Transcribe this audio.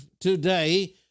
today